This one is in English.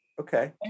Okay